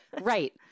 Right